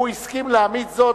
והוא הסכים להעמיד זאת,